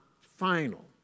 final